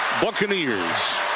Buccaneers